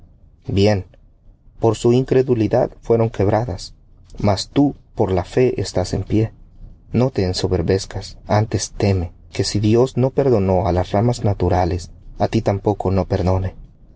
bien por su incredulidad fueron quebradas mas tú por la fe estás en pie no te ensoberbezcas antes teme que si dios no perdonó á las ramas naturales á ti tampoco no perdone